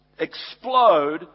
explode